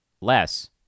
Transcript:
less